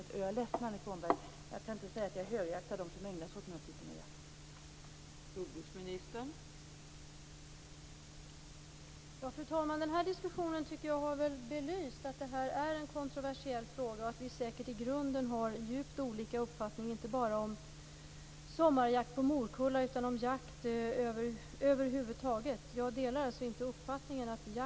Jag är ledsen, Annika Åhnberg, men jag kan inte säga att jag högaktar dem som ägnar sig åt den här typen av jakt.